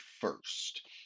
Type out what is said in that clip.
first